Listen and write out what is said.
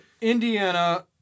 Indiana